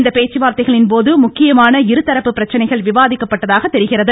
இந்த பேச்சுவார்த்தைகளின் போது முக்கியமான இருதரப்பு பிரச்சினைகள் விவாதிக்கப்பட்டதாக தெரிகிறது